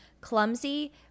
Clumsy